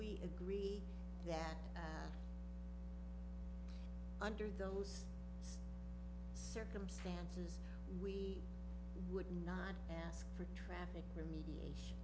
we agree that under those circumstances we would not ask for traffic remediation